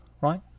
right